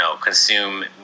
consume